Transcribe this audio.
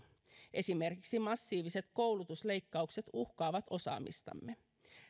esimerkiksi massiiviset koulutusleikkaukset uhkaavat osaamistamme